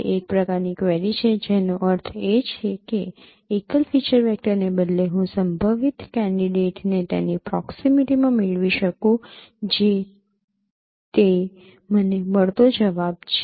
તે એક પ્રકારની ક્વેરી છે જેનો અર્થ એ છે કે એકલ ફીચર વેક્ટરને બદલે હું સંભવિત કેન્ડિડેટને તેની પ્રોક્સીમિટીમાં મેળવી શકું જે તે મને મળતો જવાબ છે